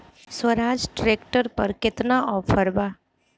Swaraj tractor पर केतना offer बा?